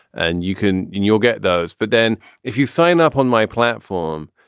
and you can and you'll get those. but then if you sign up on my platform,